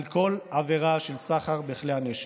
על כל עבירה של סחר בכלי נשק.